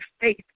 faith